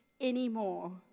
anymore